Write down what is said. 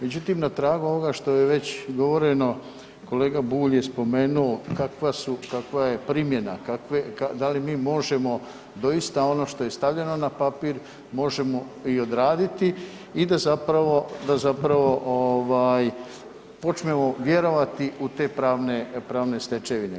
Međutim, na tragu ovoga što je već govoreno, kolega Bulj je spomenuo kakva je primjena, da li mi možemo doista ono što je stavljeno na papir možemo i odraditi i da za počnemo vjerovati u te pravne stečevine.